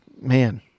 Man